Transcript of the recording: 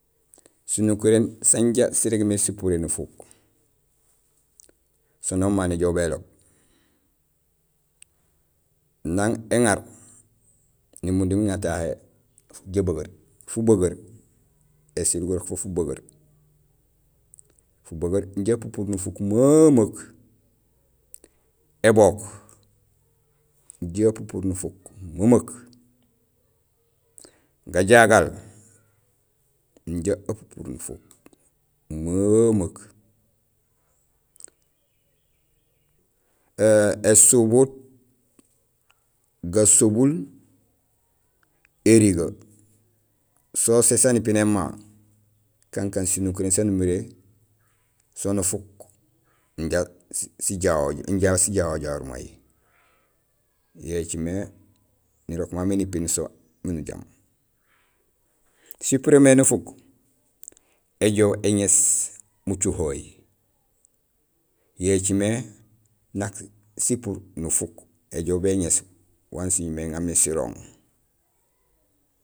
Sinukuréén sanja sirégmé sipuré nufuk so noom mama néjool béloob: nang éŋaar, nimundum éŋar tahé jabegeer; fubegeer; ésiil gurok fo fubegeer. Fubegeer inja apupuur nufuk memeek; ébook, inja apupuur nufuk memeek; gajagal, inja apupuur nufuk memeek; ésubuut, gasobul, érigee so usé saan ipiné mama kankaan dsinukuréén saan umiré so nufuk inja sijahoor jahoor may yo écimé nirok ma miin ipiin so miin ujaam. Sipurémé nufuk, éjoow éŋéés mucohoheey yo écimé nak sipuur nufuk éjoow béŋéés wan siñumé éŋa miin sirooŋ.